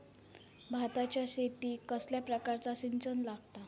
भाताच्या शेतीक कसल्या प्रकारचा सिंचन लागता?